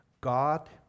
God